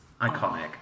Iconic